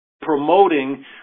promoting